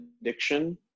addiction